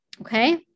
okay